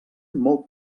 molt